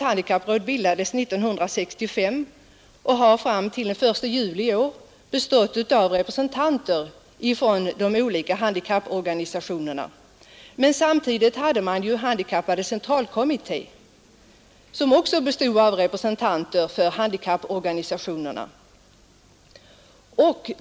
Handikapprådet bildades år 1965, och det har fram till den 1 juli i år bestått av representanter för de olika handikapporganisationerna. Men samtidigt fanns Handikapporganisationernas centralkommitté, som också bestod av representanter för handikapporganisationerna.